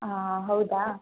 ಆಂ ಹೌದಾ